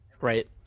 right